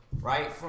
Right